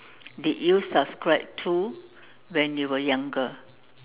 did you subscribe to when you were younger